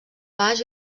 baix